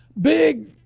Big